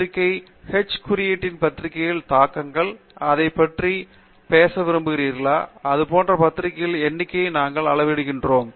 பத்திரிகைகள் H குறியீட்டின் பத்திரிகைகளின் தாக்கங்கள் எதைப் பற்றி பேச விரும்புகிறீர்களோ அதுபோன்ற பத்திரிகைகளின் எண்ணிக்கையை நாங்கள் அளவிடுவோம்